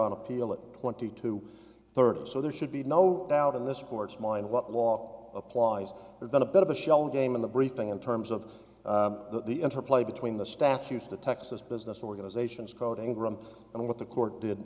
on appeal it twenty two thirty so there should be no doubt in this court's mind what law applies there's been a bit of a shell game in the briefing in terms of the interplay between the statute the texas business organizations code ingram and what the court did